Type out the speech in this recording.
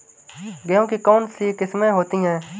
गेहूँ की कौन कौनसी किस्में होती है?